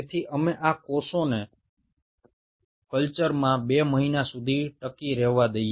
আমরা এই কোষগুলোকে কালচারের মধ্যে দুই মাস ধরে বাঁচিয়ে রাখছি